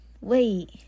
Wait